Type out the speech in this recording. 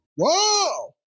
Whoa